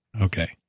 Okay